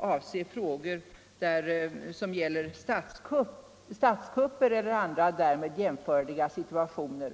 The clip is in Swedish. avser frågor som gäller statskupper eller andra därmed jämförbara situationer.